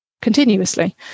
continuously